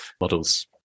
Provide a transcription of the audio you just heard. models